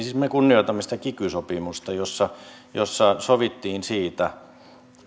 siis me kunnioitamme sitä kiky sopimusta jossa jossa sovittiin siitä